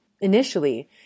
Initially